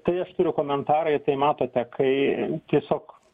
tai aš turiu komentarą ir tai matote kai tiesiog